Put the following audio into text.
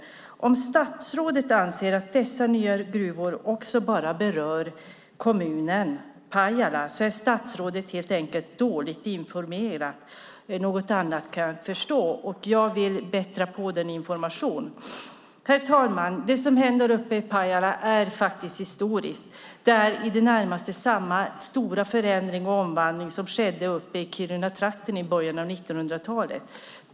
Om statsrådet anser att dessa nya gruvor också bara berör kommunen Pajala är statsrådet helt enkelt dåligt informerad. Något annat kan jag inte förstå, och jag vill bättra på den informationen. Herr talman! Det som händer uppe i Pajala är faktiskt historiskt. Det är i det närmaste samma stora förändring och omvandling som skedde uppe i Kirunatrakten i början av 1900-talet.